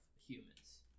humans